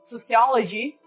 Sociology